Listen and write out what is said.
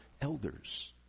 elders